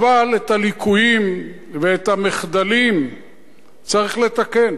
אבל את הליקויים ואת המחדלים צריך לתקן.